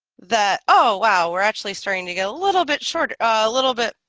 that oh, wow, we're actually starting to get a little bit short a little bit,